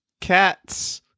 cats